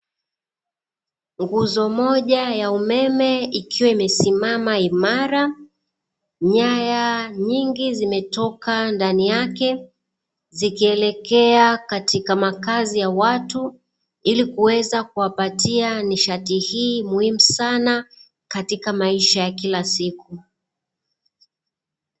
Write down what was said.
Nguzo moja ya umeme ikiwa imesimama imara, nyaya nyingi zimetoka ndani yake zikielekea katika makazi ya watu ili kuweza kuwapatia nishati hii muhimu sana katika maisha ya kilasiku.